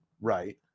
Right